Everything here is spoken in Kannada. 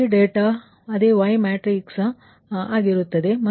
ಮತ್ತು ಅದೇ ಡೇಟಾ ಅದೇ Y ಮ್ಯಾಟ್ರಿಕ್ಸ್ ಅದೇ ಉದಾಹರಣೆ ಆಗಿರುತ್ತದೆ